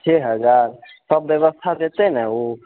छओ हजार सभ व्यवस्था देतय न ओ